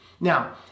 Now